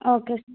okay sir